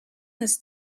this